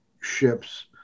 ships